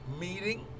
meeting